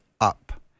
up